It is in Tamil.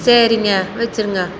சரிங்க வைச்சிருங்க